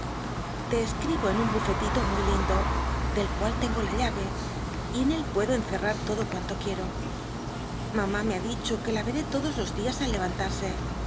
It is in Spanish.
te escribo en un bufetito muy lindo ád cual tengo la llave y en él puedo encerrar todo cuanto quiero mamá me ha dicho que la veré todos los dias al levantarse que